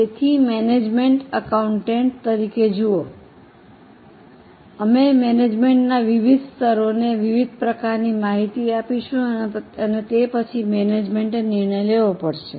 તેથી management accountant તરીકે જુઓ અમે મેનેજમેન્ટના વિવિધ સ્તરોને વિવિધ પ્રકારની માહિતી આપીશું અને તે પછી મેનેજમેન્ટે નિર્ણય લેવો પડશે